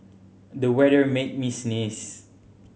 the weather made me sneeze